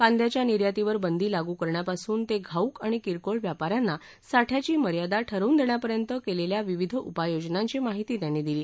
कांद्याच्या निर्यातीवर बंदी लागू करण्यापासून ते घाऊक आणि किरकोळ व्यापा यांना साठ्याची मर्यादा ठरवून देण्यापर्यंत केलेल्या विविध उपाययोजनांची माहिती त्यांनी दिली